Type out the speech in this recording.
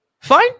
fine